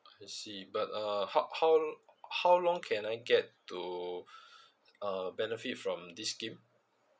I see but uh how how how long can I get to err benefit from this scheme